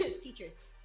Teachers